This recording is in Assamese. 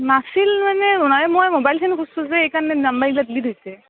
নাছিল মানে নাই মই ম'বাইলখন চেঞ্জ কৰছোঁ যে সেইকাৰণে নাম্বাৰবিলাক ডিলিট হৈছে